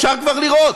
אפשר כבר לראות,